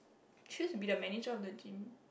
choose be the manager of the gym